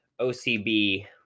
OCB